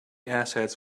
assets